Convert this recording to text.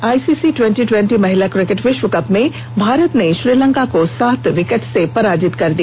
ICC twenty twenty महिला cricket विश्वकप में आज भारत ने श्रीलंका को सात विकेटों से पराजित कर दिया